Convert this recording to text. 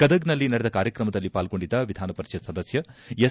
ಗದಗ್ ನಲ್ಲಿ ನಡೆದ ಕಾರ್ಯಕ್ರಮದಲ್ಲಿ ಪಾಲ್ಗೊಂಡಿದ್ದ ವಿಧಾನಪರಿಷತ್ ಸದಸ್ಕ ಎಸ್